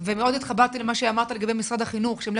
ומאוד התחברתי למה שאמרת לגבי משרד החינוך שהם לא